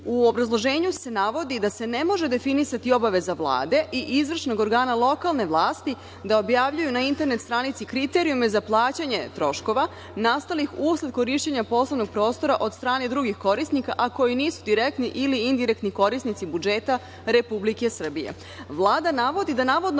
obrazloženju se navodi da se ne može definisati obaveza Vlade i izvršnog organa lokalne vlasti da objavljuju na internet stranici kriterijume za plaćanje troškova nastalih usled korišćenja poslovnog prostora od strane drugih korisnika, a koji nisu direktni ili indirektni korisnici budžeta Republike Srbije. Vlada